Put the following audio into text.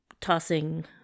tossing